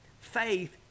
faith